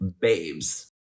babes